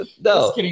No